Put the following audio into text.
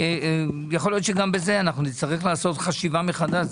יכול להיות שגם בזה אנחנו נצטרך לעשות חשיבה מחדש.